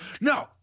no